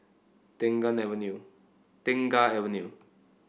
Tengah Avenue Tengah Avenue